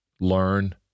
learn